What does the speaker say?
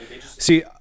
See